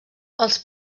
els